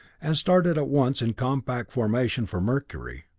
and started at once in compact formation for mercury.